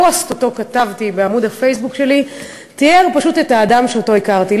הפוסט שכתבתי בעמוד הפייסבוק שלי תיאר פשוט את האדם שהכרתי.